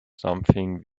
something